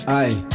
aye